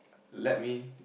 let me